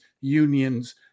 unions